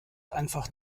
einfach